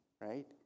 right